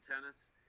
tennis